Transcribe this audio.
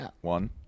one